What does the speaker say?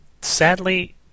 Sadly